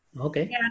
Okay